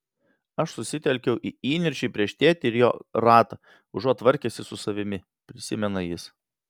aš susitelkiau į įniršį prieš tėtį ir jo ratą užuot tvarkęsis su savimi prisimena jis